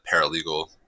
paralegal